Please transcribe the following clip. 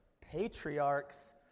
patriarchs